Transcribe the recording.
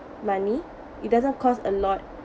money it doesn't cost a lot